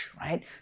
right